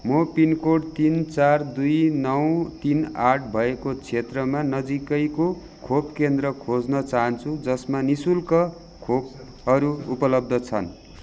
म पिनकोड तिन चार दुई नौ तीन आठ भएको क्षेत्रमा नजिकैको खोप केन्द्र खोज्न चाहन्छु जसमा नि शुल्क खोपहरू उपलब्ध छन्